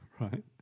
right